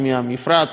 אלא רק את חלקם,